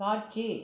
காட்சி